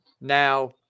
Now